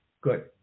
Good